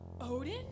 Odin